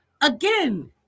Again